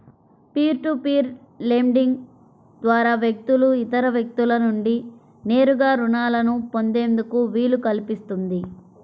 peer to peer lending ద్వారా వ్యక్తులు ఇతర వ్యక్తుల నుండి నేరుగా రుణాలను పొందేందుకు వీలు కల్పిస్తుంది